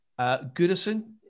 Goodison